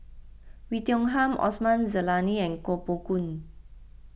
Oei Tiong Ham Osman Zailani and Koh Poh Koon